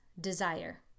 desire